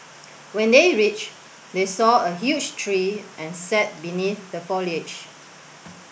when they reached they saw a huge tree and sat beneath the foliage